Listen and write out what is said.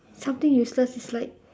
something useless is like